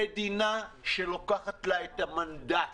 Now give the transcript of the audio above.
מדינה שלוקחת לה את המנדט